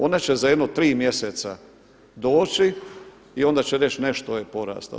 One će za jedno tri mjeseca doći i onda će reći nešto je porastao.